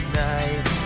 night